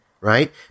right